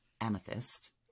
Amethyst